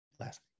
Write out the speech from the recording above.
last